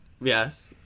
Yes